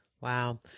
Wow